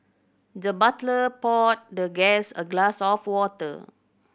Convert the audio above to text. the butler poured the guest a glass of water